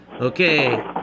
okay